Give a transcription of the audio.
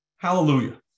hallelujah